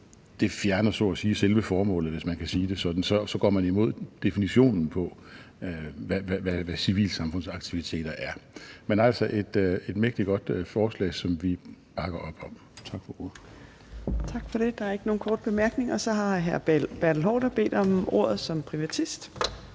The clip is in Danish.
sige fjerner selve formålet, hvis man kan sige det sådan – så går man imod definitionen på, hvad civilsamfundsaktiviteter er. Men det er altså et mægtig godt forslag, som vi bakker op om. Tak for ordet. Kl. 13:05 Fjerde næstformand (Trine Torp): Tak for det. Der er ikke nogen korte bemærkninger. Så har hr. Bertel Haarder bedt om ordet som privatist.